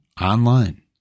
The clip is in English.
online